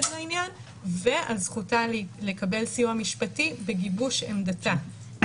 לעניין ועל זכותה לקבל סיוע משפטי בגיבוש עמדתה.